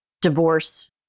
divorce